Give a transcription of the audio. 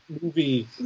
movie